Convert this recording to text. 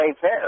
fair